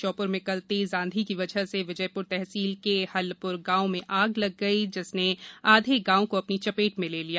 श्योप्र में कल तेज आंधी की वजह से विजयप्र तहसील के हल्लप्र गांव में आग लग गई जिसने आधे गांव को अपनी चपेट में ले लिया